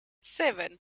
seven